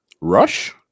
Rush